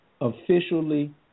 officially